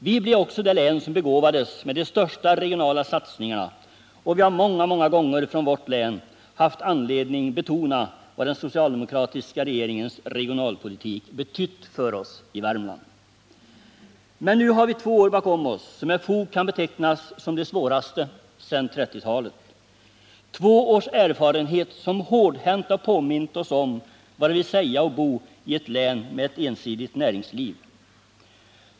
Vi blev också det län som begåvades med de största regionala satsningarna, och vi har många gånger från vårt län haft anledning betona vad den socialdemokratiska regeringens regionalpolitik betytt för oss i Värmland. Men nu har vi två år bakom oss, som med fog kan betecknas som de svåraste sedan 1930-talet— två års erfarenhet som hårdhänt påmint oss om vad det vill säga att bo i ett län med ensidigt näringsliv.